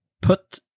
put